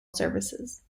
services